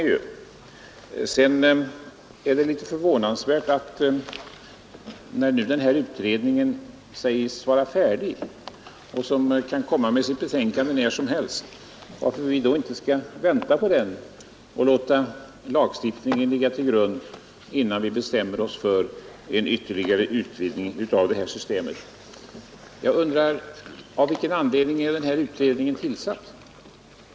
Det är litet förvånansvärt att vi inte kan vänta på utredningen, när den sägs vara färdig och kan väntas framlägga sitt betänkande när som helst, och låta lagstiftningen ligga till grund för en ytterligare utvidgning av datasystemet. Av vilken anledning är utredningen tillsatt?